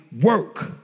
work